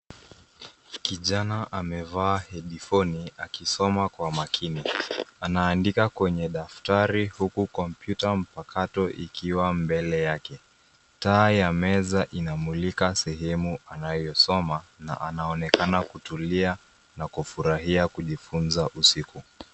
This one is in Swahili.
Kijana amevaa hedifoni akisoma kwa makini. Anaandika kwenye daftari huku kompyuta mpakato ikiwa mbele yake. Taa ya meza inamulika sehemu anayosoma na anaonekana kutulia na kufurahia kujifunza usiku.